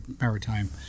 maritime